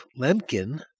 Lemkin